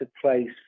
place